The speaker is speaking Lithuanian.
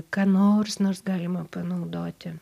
ką nors nors galima panaudoti